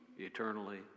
eternally